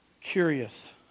curious